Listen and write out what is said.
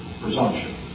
presumption